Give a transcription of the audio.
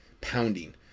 pounding